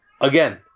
again